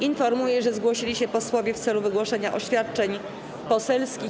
Informuję, że zgłosili się posłowie w celu wygłoszenia oświadczeń poselskich.